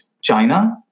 China